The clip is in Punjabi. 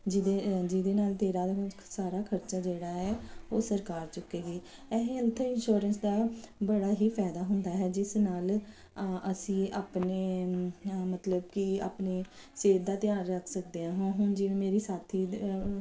ਜਿਹਦੇ ਜਿਹਦੇ ਨਾਲ ਤੇਰਾ ਸਾਰਾ ਖਰਚਾ ਜਿਹੜਾ ਹੈ ਉਹ ਸਰਕਾਰ ਚੁੱਕੇਗੀ ਅਸੀਂ ਉੱਥੇ ਇੰਸ਼ੋਰੈਂਸ ਦਾ ਬੜਾ ਹੀ ਫਾਇਦਾ ਹੁੰਦਾ ਹੈ ਜਿਸ ਨਾਲ ਅਸੀਂ ਆਪਣੇ ਮਤਲਬ ਕੀ ਆਪਣੇ ਸਿਹਤ ਦਾ ਧਿਆਨ ਰੱਖ ਸਕਦੇ ਹਾਂ ਹੁਣ ਜਿਵੇਂ ਮੇਰੀ ਸਾਥੀ